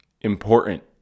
important